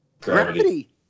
Gravity